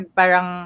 parang